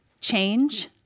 change